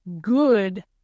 good